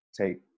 take